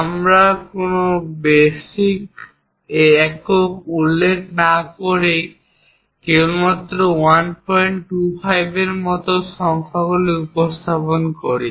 আমরা কোনও বেসিক একক উল্লেখ না করেই কেবল 125 এর মতো সংখ্যাগুলি উপস্থাপন করি